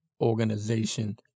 Organization